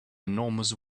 enormous